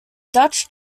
dutch